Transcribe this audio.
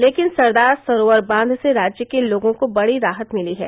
लेकिन सरदार सरोवर बांध से राज्य के लोगों को बड़ी राहत मिली है